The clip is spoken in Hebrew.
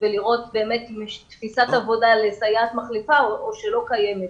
ולראות באמת אם יש תפיסת עבודה לסייעת מחליפה או שלא קיימת.